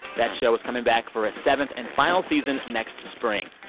that show is coming back for a seventh and final season next spring.